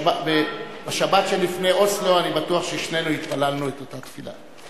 בשבת שלפני אוסלו אני בטוח ששנינו התפללנו את אותה תפילה.